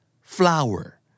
Flower